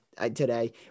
today